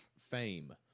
fame